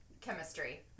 chemistry